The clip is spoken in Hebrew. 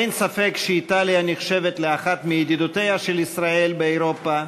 אין ספק שאיטליה נחשבת לאחת מידידותיה של ישראל באירופה,